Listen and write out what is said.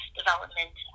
development